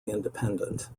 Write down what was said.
independent